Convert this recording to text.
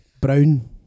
Brown